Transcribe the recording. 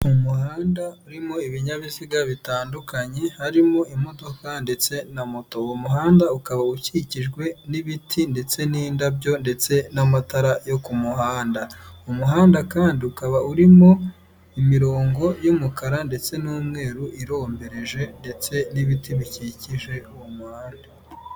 Umuhanda urimo ibinyabiziga bitandukanye harimo imodoka ndetse na moto uwo muhanda ukaba ukikijwe n'ibiti ndetse n'indabyo ndetse n'amatara yo ku muhanda umuhanda kandi ukaba urimo imirongo y'umukara ndetse n'umweru irombereje ndetse n'ibiti bikikije uwo muhanda .